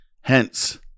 Hence